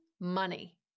money